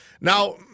Now